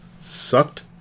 sucked